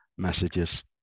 messages